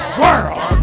world